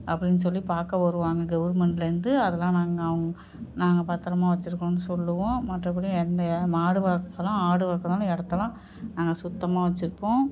அப்படின்னு சொல்லி பார்க்க வருவாங்க கவுர்மெண்ட்லேருந்து அதெல்லாம் நாங்க அவுங்க நாங்க பத்தரமா வெச்சிருக்கோன்னு சொல்லுவோம் மற்றபடி எந்த மாடு வளர்க்கலாம் ஆடு வளர்க்கறதாலும் இடத்தலாம் நாங்கள் சுத்தமாக வைச்சுருப்போம்